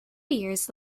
years